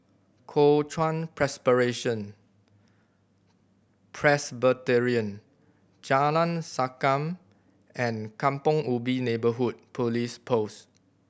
Kuo Chuan Presbyterian Jalan Sankam and Kampong Ubi Neighbourhood Police Post